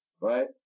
right